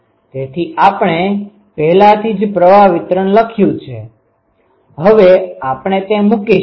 તેથી આપણે પહેલાથી જ પ્રવાહ વિતરણ લખ્યું છે હવે આપણે તે મૂકીશું